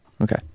Okay